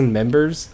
members